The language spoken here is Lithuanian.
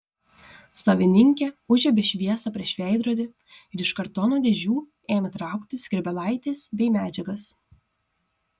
savininkė užžiebė šviesą prieš veidrodį ir iš kartono dėžių ėmė traukti skrybėlaites bei medžiagas